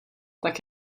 tak